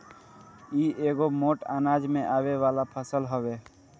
इ एगो मोट अनाज में आवे वाला फसल हवे